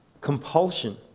compulsion